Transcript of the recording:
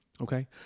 Okay